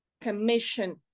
commission